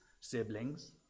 siblings